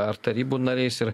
ar tarybų nariais ir